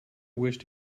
wished